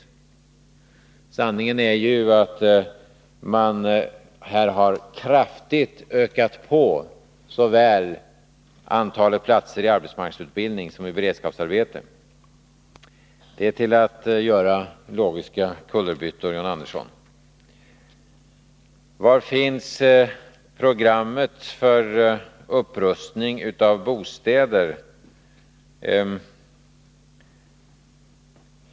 Men sanningen är ju den, att man här kraftigt har ökat antalet platser såväl i arbetsmarknadsutbildning som i beredskapsarbete. Det är till att göra logiska kullerbyttor, John Andersson! Var finns programmet för upprustning av bostäder?